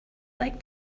like